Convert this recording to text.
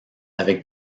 avec